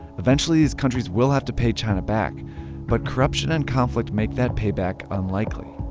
eventually, these countries will have to pay china back but corruption and conflict make that payback unlikely.